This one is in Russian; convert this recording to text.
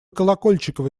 колокольчикова